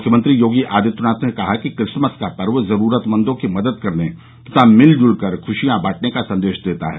मुख्यमंत्री योगी आदित्यनाथ ने कहा कि क्रिसमस का पर्व जरूरतमंदों की मदद करने तथा मिलजुल कर खुशियां बांटने का संदेश देता है